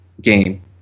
game